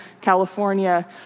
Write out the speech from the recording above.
California